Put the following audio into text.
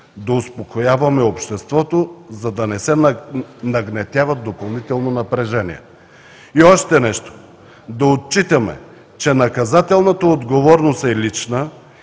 да успокояваме обществото, за да не се нагнетява допълнително напрежение. И още нещо, да отчитаме, че наказателната отговорност е лична